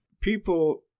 People